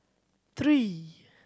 three